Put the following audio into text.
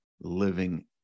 living